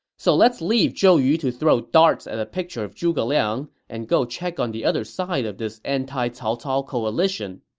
so let's leave zhou yu to throw darts at a picture of zhuge liang and go check on the other side of this anti-cao cao coalition.